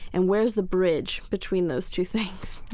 and where's the bridge between those two things?